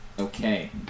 Okay